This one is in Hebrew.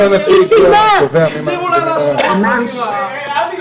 --- לה להשלמות חקירה --- אבי,